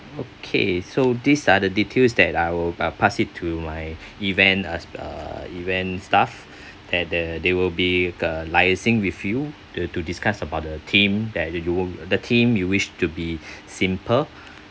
okay so these are the details that I will uh pass it to my event uh uh event staff that the they will be the liaising with you to to discuss about the theme that y~ you were the theme you wished to be simple